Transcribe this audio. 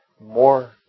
more